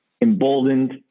emboldened